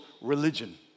religion